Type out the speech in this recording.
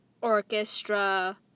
orchestra